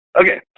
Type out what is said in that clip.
Okay